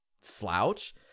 slouch